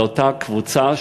על אותה קבוצה,